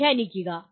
വ്യാഖ്യാനിക്കുക